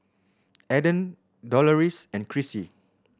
Adan Doloris and Chrissy